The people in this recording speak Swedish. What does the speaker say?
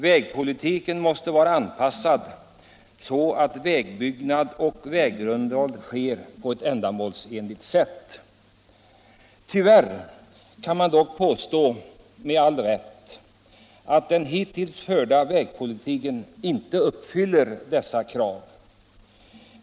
Vägpolitiken måste vara så anpassad att vägbyggnad och vägunderhåll sker på ett ändamålsenligt sätt. Tyvärr kan man dock påstå med all rätt att den hittills förda vägpolitiken inte uppfyller dessa krav.